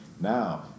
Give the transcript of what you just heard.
Now